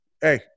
hey